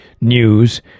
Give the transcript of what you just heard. news